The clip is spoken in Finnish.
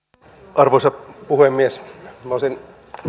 arvoisa puhemies minä olisin